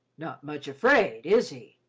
not much afraid, is he?